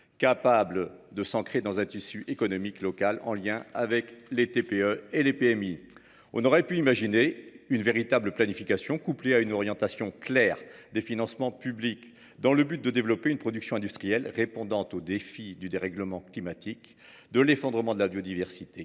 et de s’ancrer dans un tissu économique local, en lien avec les TPE et les PMI. On aurait pu imaginer une véritable planification, couplée à une orientation claire des financements publics, dans le but de développer une production industrielle répondant aux défis du dérèglement climatique et de l’effondrement de la biodiversité,